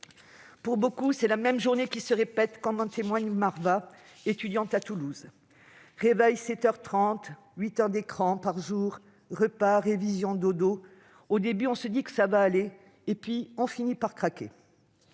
Pour beaucoup, c'est la même journée qui se répète, comme en témoigne Marva, étudiante à Toulouse :« Réveil à 7 heures 30, 8 heures d'écran par jour, repas, révisions, dodo. Au début, on se dit que ça va aller, et puis on finit par craquer.